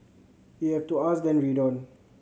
if you have to ask then read on